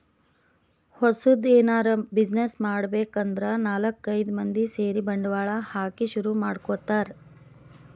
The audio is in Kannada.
ಹೊಸದ್ ಎನರೆ ಬ್ಯುಸಿನೆಸ್ ಮಾಡ್ಬೇಕ್ ಅಂದ್ರ ನಾಲ್ಕ್ ಐದ್ ಮಂದಿ ಸೇರಿ ಬಂಡವಾಳ ಹಾಕಿ ಶುರು ಮಾಡ್ಕೊತಾರ್